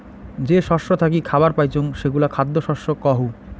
যে শস্য থাকি খাবার পাইচুঙ সেগুলা খ্যাদ্য শস্য কহু